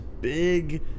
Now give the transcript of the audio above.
big